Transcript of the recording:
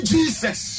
Jesus